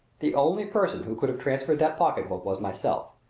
the only person who could have transferred that pocketbook was myself.